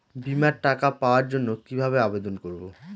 বিমার টাকা পাওয়ার জন্য কিভাবে আবেদন করব?